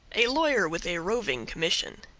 a lawyer with a roving commission.